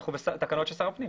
אנחנו בתקנות של שר הפנים.